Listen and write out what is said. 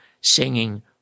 singing